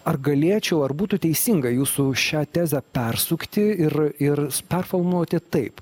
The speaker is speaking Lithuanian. ar galėčiau ar būtų teisinga jūsų šią tezę persukti ir ir performuluoti taip